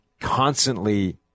constantly